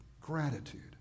gratitude